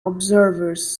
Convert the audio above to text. observers